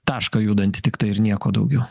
tašką judantį tiktai ir nieko daugiau